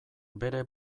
bere